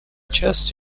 часть